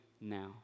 now